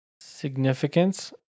significance